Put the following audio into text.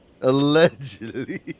Allegedly